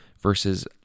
versus